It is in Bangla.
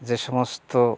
যে সমস্ত